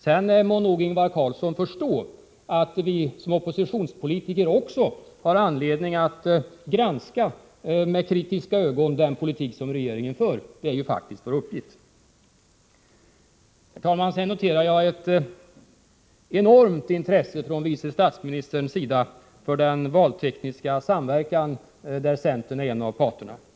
Sedan må Ingvar Carlsson förstå att vi som oppositionspolitiker också har anledning att med kritiska ögon granska den politik som regeringen för. Det är faktiskt vår uppgift. Herr talman! Jag noterade ett enormt intresse från vice statsministerns sida för den valtekniska samverkan där centern är en av parterna.